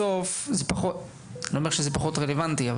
אני לא אומר שזה פחות רלוונטי,